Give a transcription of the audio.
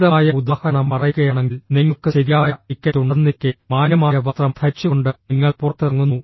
ലളിതമായ ഉദാഹരണം പറയുകയാണെങ്കിൽ നിങ്ങൾക്ക് ശരിയായ ടിക്കറ്റ് ഉണ്ടെന്നിരിക്കെ മാന്യമായ വസ്ത്രം ധരിച്ചുകൊണ്ട് നിങ്ങൾ പുറത്തിറങ്ങുന്നു